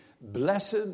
Blessed